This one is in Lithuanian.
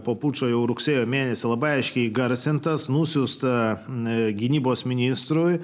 po pučo jau rugsėjo mėnesį labai aiškiai įgarsintas nusiųsta ne gynybos ministrui